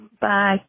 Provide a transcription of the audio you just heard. Bye